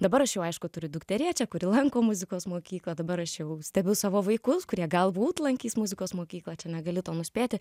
dabar aš jau aišku turiu dukterėčią kuri lanko muzikos mokyklą dabar aš jau stebiu savo vaikus kurie galbūt lankys muzikos mokyklą čia negali to nuspėti